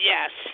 Yes